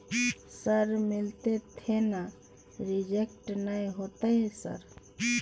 Sir मिलते थे ना रिजेक्ट नय होतय सर?